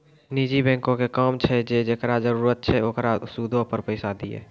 निजी बैंको के काम छै जे जेकरा जरुरत छै ओकरा सूदो पे पैसा दिये